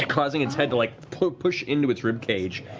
causing its head to like push push into its ribcage,